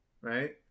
Right